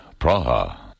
Praha